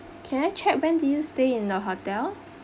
can I check when do you stay in the hotel